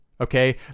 okay